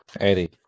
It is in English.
eddie